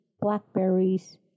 blackberries